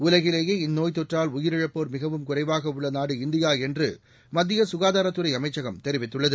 உலகிலேயே இந்நோய்த் தொற்றால் உயிரிழப்போர் மிகவும் குறைவாக உள்ள நாடு இந்தியா என்று மத்திய சுகாதாரத்துறை அமைச்சகம் தெரிவித்துள்ளது